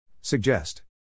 Suggest